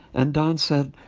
and don said,